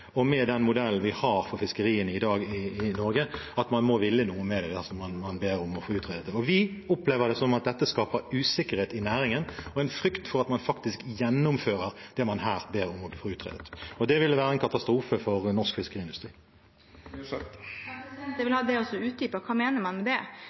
– med en egen programfesting og den modellen vi har for fiskeriene i Norge i dag – at man må ville noe mer enn det som man ber om å få utredet. Vi opplever det slik at dette skaper usikkerhet i næringen og en frykt for at man faktisk gjennomfører det man her ber om å få utredet. Og det ville være en katastrofe for norsk fiskeindustri. Jeg vil også ha det